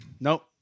Nope